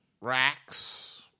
racks